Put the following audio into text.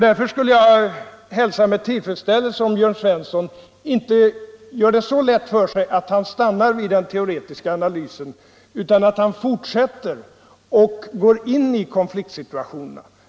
Därför skulle jag hälsa med tillfredsställelse om Jörn Svensson inte gör det så lätt för sig att han stannar vid den teoretiska analysen utan fortsätter och går in på problemen i konfliktsituationerna.